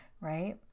right